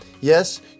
Yes